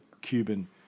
Cuban